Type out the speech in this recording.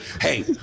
hey